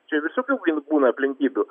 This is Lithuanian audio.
čia visokių gin būna aplinkybių